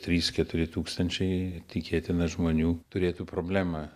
trys keturi tūkstančiai tikėtina žmonių turėtų problemą